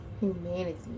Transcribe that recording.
humanity